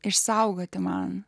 išsaugoti man